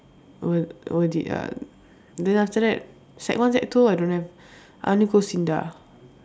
what what did I then after that sec one sec two I don't have I only go SINDA